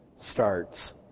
starts